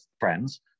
friends